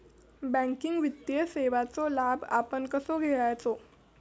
Banking वित्तीय सेवाचो लाभ आपण कसो घेयाचो?